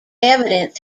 evidence